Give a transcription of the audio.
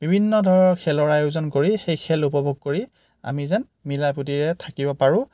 বিভিন্ন ধৰক খেলৰ আয়োজন কৰি সেই খেল উপভোগ কৰি আমি যেন মিলা প্ৰীতিৰে থাকিব পাৰোঁ